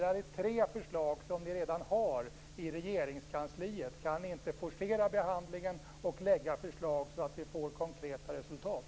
Det är tre förslag som ni redan har i Regeringskansliet. Kan ni inte forcera behandlingen av dem och lägga fram förslag, så att vi får konkreta resultat?